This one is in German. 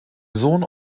sohn